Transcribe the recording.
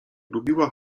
lubiła